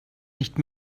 nicht